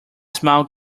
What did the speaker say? smile